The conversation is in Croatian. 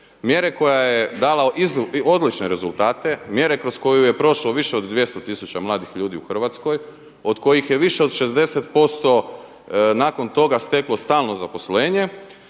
mjere koja je dala odlične rezultate, mjere kroz koju je prošlo više od 200 tisuća mladih ljudi u Hrvatskoj, od kojih je više od 60% nakon toga steklo stalno zaposlenje